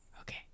Okay